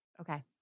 Okay